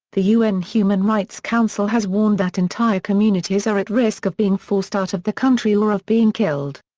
the un human rights council has warned that entire communities are at risk of being forced out of the country or of being killed.